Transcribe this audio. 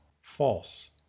false